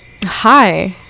Hi